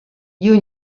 you